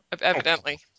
evidently